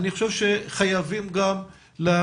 אני חושב שחייבים גם לדאוג,